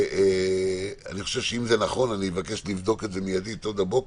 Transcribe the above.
אם זה נכון, אני אבקש לבדוק את זה עוד הבוקר.